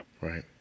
Right